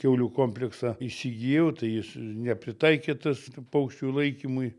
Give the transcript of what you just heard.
kiaulių kompleksą įsigijau tai jis nepritaikytas paukščių laikymui